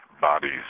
bodies